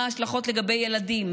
מה ההשלכות לגבי ילדים,